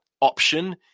option